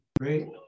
right